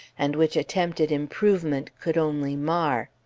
and which attempted improvement could only mar.